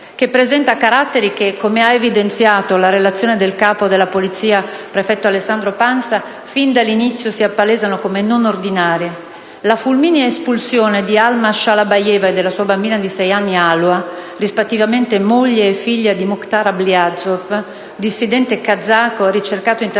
che presenta caratteri che, come ha evidenziato la relazione del capo della Polizia, prefetto Alessandro Pansa, fin dall'inizio si appalesano come «non ordinari». La fulminea espulsione di Alma Shalabayeva e della sua bambina di sei anni Alua, rispettivamente moglie e figlia di Mukhtar Ablyazov, dissidente kazako ricercato internazionale